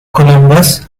columbus